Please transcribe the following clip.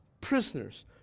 prisoners